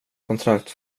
kontrakt